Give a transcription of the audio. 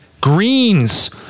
greens